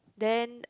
then